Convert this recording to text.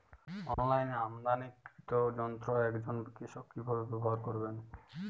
অনলাইনে আমদানীকৃত যন্ত্র একজন কৃষক কিভাবে ব্যবহার করবেন?